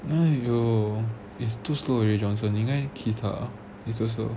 !aiyo! is too slow already johnson 应该 kiss 她 is too slow